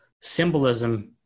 symbolism